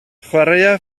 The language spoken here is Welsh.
chwaraea